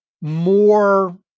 more